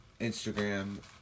Instagram